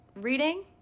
reading